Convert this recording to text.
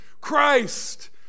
Christ